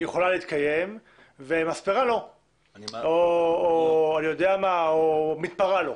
יכולה להתקיים ומספרה לא או מתפרה לא.